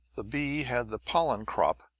the bee had the pollen crop,